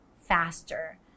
faster